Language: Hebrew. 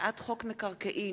הצעת חוק כביש 60,